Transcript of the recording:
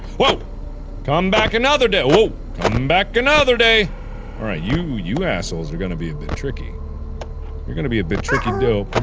woah come back another da woah come back another day alright you, you assholes are gonna be a bit tricky you're gonna be a bit tricky though